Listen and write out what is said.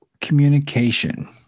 communication